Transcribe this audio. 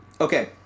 Okay